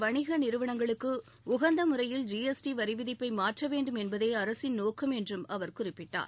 வணிக நிறுவனங்களுக்கு உகந்த முறையில் ஜி எஸ் டி வரி விதிப்பை மாற்ற வேண்டும் என்பதே அரசின் நோக்கம் என்றும் அவர் குறிப்பிட்டார்